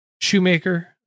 shoemaker